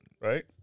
right